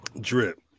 drip